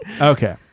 Okay